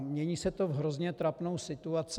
Mění se to v hrozně trapnou situaci.